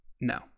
No